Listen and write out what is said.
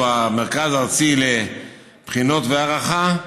המרכז הארצי לבחינות והערכה,